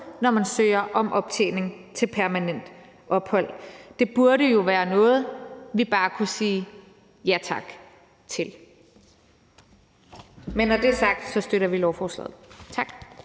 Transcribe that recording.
når man søger om permanent ophold. Det burde jo være noget, vi bare kunne sige ja tak til. Men når det er sagt, vil jeg sige, at vi støtter lovforslaget. Tak.